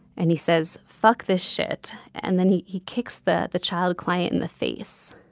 and he says, fuck this shit, and then he he kicks the the child client in the face.